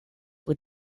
with